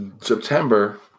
September